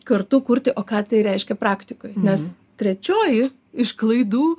kartu kurti o ką tai reiškia praktikoj nes trečioji iš klaidų